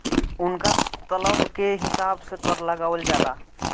उनका तलब के हिसाब से कर लगावल जाला